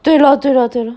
对 lor 对 lor 对 lor